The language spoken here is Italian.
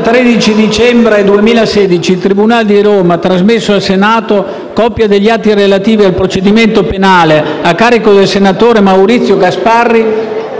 13 dicembre 2016 il tribunale di Roma ha trasmesso al Senato copia degli atti relativi al procedimento penale a carico del senatore Maurizio Gasparri,